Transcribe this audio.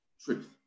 truth